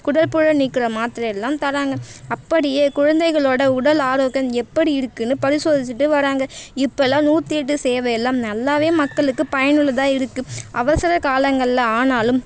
குடற்புழு நீக்கிற மாத்திரையெல்லாம் தர்றாங்க அப்படியே குழந்தைகளோடய உடல் ஆரோக்கியம் எப்படி இருக்குதுன்னு பரிசோதிச்சுட்டு வர்றாங்க இப்போல்லாம் நூத்தியெட்டு சேவைலாம் நல்லாவே மக்களுக்கு பயனுள்ளதாக இருக்குது அவசர காலங்களில் ஆனாலும்